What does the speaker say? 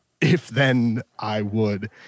if-then-I-would